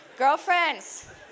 Girlfriends